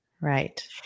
Right